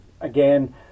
again